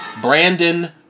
Brandon